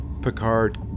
picard